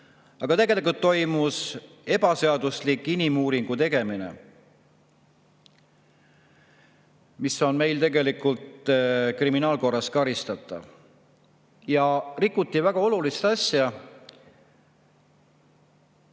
– tegelikult toimus ebaseaduslik inimuuringu tegemine, mis on meil kriminaalkorras karistatav. Ja rikuti väga olulist asja,